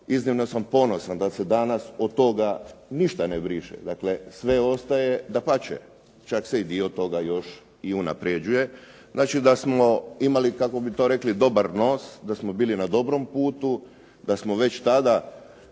iznimno sam ponosan da se danas od toga ništa ne briše, dakle sve ostaje. Dapače, čak se i dio toga još i unapređuje. Znači da smo imali kako bi to rekli, dobar nos, da smo bili na dobrom putu, da smo već tada